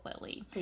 Lily